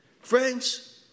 Friends